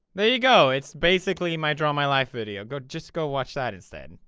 there you go, it's basically my draw my life video go, just go watch that instead.